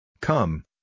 Come